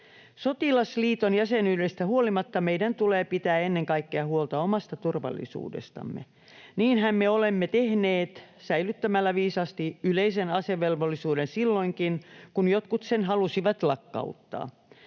Sotilasliiton jäsenyydestä huolimatta meidän tulee pitää ennen kaikkea huolta omasta turvallisuudestamme. Niinhän me olemme tehneet säilyttämällä viisaasti yleisen asevelvollisuuden silloinkin, kun jotkut sen halusivat lakkauttaa.